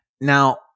Now